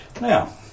Now